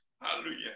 Hallelujah